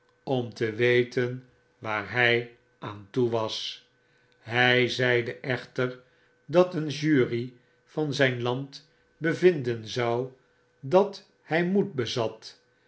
om te weten waar hy aan toe was hy zeide echter dat een jury van zijn land bevinden zou dat hij moed bezat